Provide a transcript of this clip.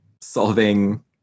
solving